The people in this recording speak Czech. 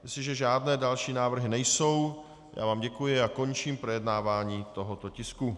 Jestliže žádné další návrhy nejsou, děkuji vám a končím projednávání tohoto tisku.